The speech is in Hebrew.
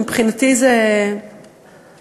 ומבחינתי זה בושה.